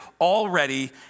already